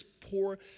poor